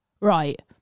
right